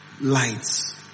lights